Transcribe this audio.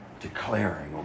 declaring